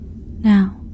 Now